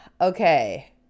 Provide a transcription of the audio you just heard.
Okay